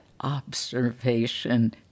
observation